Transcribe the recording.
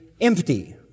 empty